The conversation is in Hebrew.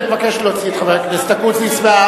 אני מבקש להוציא את חבר הכנסת אקוניס.